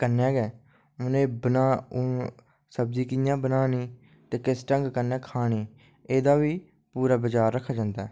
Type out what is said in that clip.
कन्ने गै उ'नें बना सब्जी कि'यां बनानी ते किस ढंग कन्नै खानी एह्दा बी पूरा बिचार रक्खेआ जंदा